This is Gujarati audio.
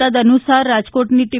તદઅનુસાર રાજકોટની ટી